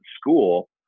school